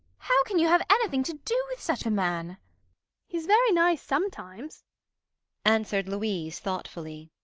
how can you have anything to do with such a man he's very nice sometimes answered louise, thoughtfully.